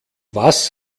was